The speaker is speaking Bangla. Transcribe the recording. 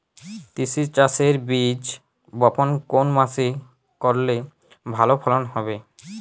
তিসি চাষের বীজ বপন কোন মাসে করলে ভালো ফলন হবে?